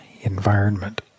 environment